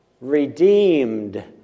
redeemed